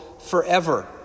forever